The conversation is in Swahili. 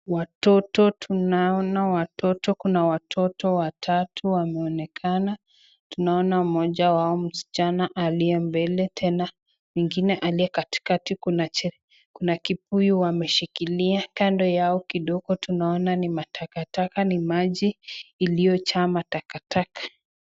Watoto tunaona watoto ,kuna watoto watatu wameonekana . Tunaona mmoja wao msichana aliye mbele tena mwingine aliye katika, kuna kibuyu wameshikilia kando yao kidogo tunaona ni mataka taka ni maji iliyojaa matakataka.